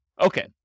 Okay